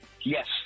Yes